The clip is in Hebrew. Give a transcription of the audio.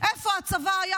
איפה הצבא היה,